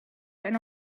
rent